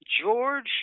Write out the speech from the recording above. george